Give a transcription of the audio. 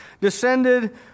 descended